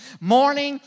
Morning